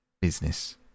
Business